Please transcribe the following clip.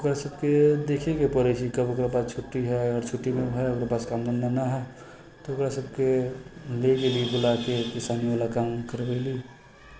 तऽ ओकरासबके देखैके पड़ै छै कब ओकरा पास छुट्टी हइ आओर छुट्टीमे ओकरा पास काम धन्धा नहि हइ तऽ ओकरासबके लऽ गेली बुलाके किसानीवला काम करबैली